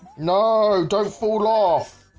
no, don't fall off